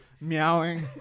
meowing